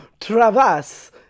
Travas